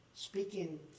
Speaking